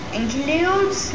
includes